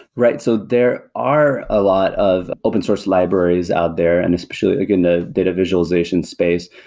right. so there are a lot of open source libraries out there and especially like in the data visualization space,